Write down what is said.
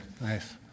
Nice